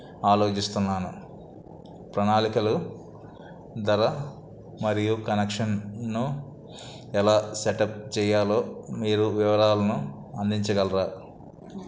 ఆలోచిస్తున్నాను ప్రణాళికలు ధర మరియు కనెక్షన్ను ఎలా సెటప్ చేయాలో మీరు వివరాలను అందించగలరా